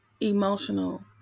emotional